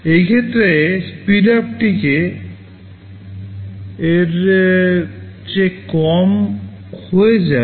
এই ক্ষেত্রে স্পিডআপটি কে এর চেয়ে কম হয়ে যাবে